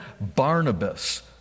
Barnabas